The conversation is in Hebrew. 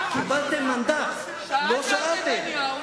קיבלתם מנדט, לא אנחנו שאלנו?